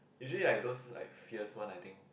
usually like those like fierce one I think